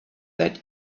that